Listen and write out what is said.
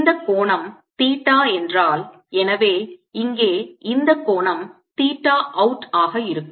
இந்த கோணம் தீட்டா என்றால் எனவே இங்கே இந்த கோணம் தீட்டா out ஆக இருக்கும்